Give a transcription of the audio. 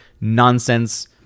nonsense